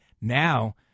Now